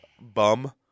Bum